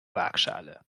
waagschale